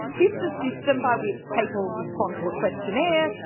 this is a system by which people respond to a questionnaire,